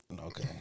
Okay